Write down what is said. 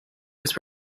was